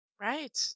Right